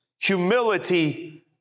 humility